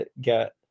Get